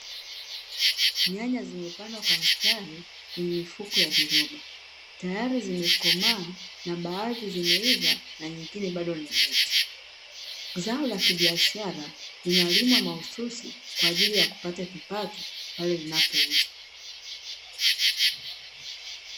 Nyanya zimepandwa kwa mstari kwenye mifuko ya viroba tayari zimekomaa na baadhi zimeiva na nyingine bado ni mbichi. Zao la kibiashara linalimwa mahususi kwaajilili ya kupata kipato pale linapouzwa .